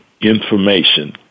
information